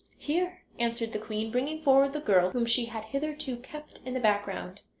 here, answered the queen, bringing forward the girl, whom she had hitherto kept in the background.